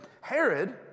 Herod